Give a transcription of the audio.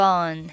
on